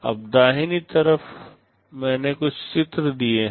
अब दाहिनी तरफ मैंने कुछ चित्र दिए हैं